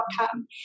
outcome